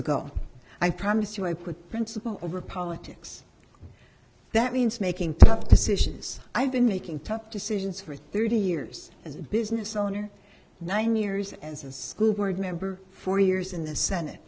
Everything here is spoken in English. ago i promise you i put principle over politics that means making tough decisions i've been making tough decisions for thirty years as a business owner nine years and since word member four years in the senate